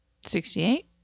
Sixty-eight